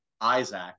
Isaac